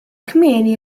kmieni